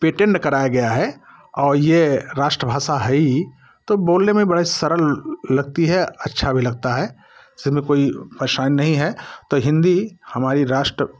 patent कराया गया है और ये राष्ट्रभाषा है ही तो बोलने में बड़े सरल लगती है अच्छा भी लगता है इसमें कोई परशानी नहीं है तो हिंदी हमारी राष्ट्र